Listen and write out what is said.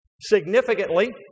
significantly